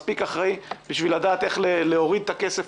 מספיק אחראי כדי לדעת איך להוריד את הכסף